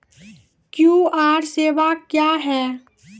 QR सेवा क्या हैं?